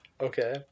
Okay